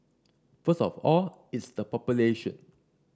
first of all it's the population